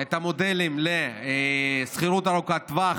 את המודלים לשכירות ארוכת טווח,